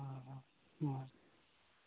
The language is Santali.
ᱦᱮᱸ